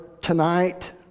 tonight